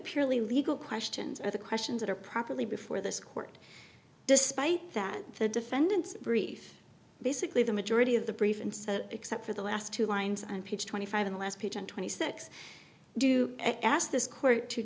purely legal questions are the questions that are properly before this court despite that the defendant's brief basically the majority of the brief answer except for the last two lines and page twenty five in the last page and twenty six do ask this court to